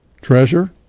treasure